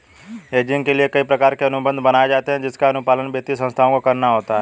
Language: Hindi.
हेजिंग के लिए कई प्रकार के अनुबंध बनाए जाते हैं जिसका अनुपालन वित्तीय संस्थाओं को करना होता है